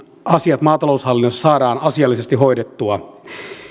asiat maataloushallinnossa saadaan asiallisesti hoidettua